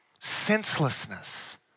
senselessness